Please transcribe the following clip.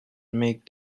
make